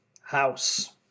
house